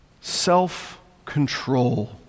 self-control